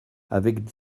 avec